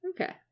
Okay